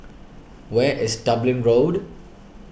where is Dublin Road